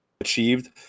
Achieved